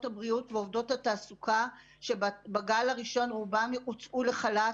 הבריאות ועובדות התעסוקה שבגל הראשון רובן הוצאו לחל"ת